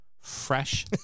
fresh